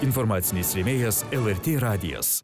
informacinis rėmėjas lrt radijas